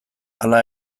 hala